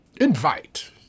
invite